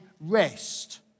rest